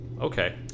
Okay